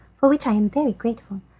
for which i am very grateful.